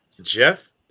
Jeff